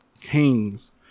kings